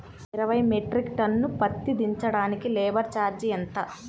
ఇరవై metric tonne పత్తి దించటానికి లేబర్ ఛార్జీ ఎంత?